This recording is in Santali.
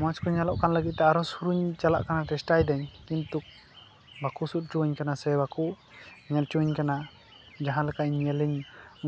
ᱢᱚᱡᱽ ᱠᱚ ᱧᱮᱞᱚᱜ ᱠᱟᱱ ᱞᱟᱹᱜᱤᱫ ᱛᱮ ᱟᱨᱚ ᱥᱩᱨᱤᱧ ᱪᱟᱞᱟᱜ ᱠᱟᱱᱟ ᱪᱮᱥᱴᱟᱭ ᱫᱟᱹᱧ ᱠᱤᱱᱛᱩ ᱵᱟᱠᱚ ᱥᱩᱨ ᱦᱚᱪᱚᱣᱟᱹᱧ ᱠᱟᱱᱟ ᱥᱮ ᱵᱟᱠᱚ ᱧᱮᱞ ᱪᱚᱧ ᱠᱟᱱᱟ ᱡᱟᱦᱟᱸ ᱞᱮᱠᱟ ᱤᱧ ᱧᱮᱞᱤᱧ